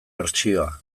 bertsioa